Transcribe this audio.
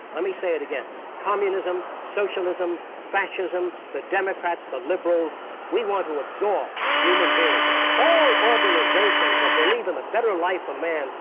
let me say it again communism, socialism, fascism, the democrats, the liberals we want to absorb human beings. all organizations that believe in a better life for ah man!